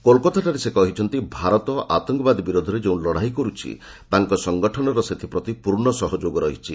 କୋଲ୍କାତାଠାରେ ସେ କହିଛନ୍ତି ଭାରତ ଆତଙ୍କବାଦ ବିରୋଧରେ ଯେଉଁ ଲଢ଼ାଇ କରୁଛି ତାଙ୍କ ସଙ୍ଗଠନର ସେଥିପ୍ରତି ପୂର୍ଣ୍ଣ ସହଯୋଗ ରହିଛି